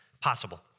possible